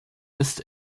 ist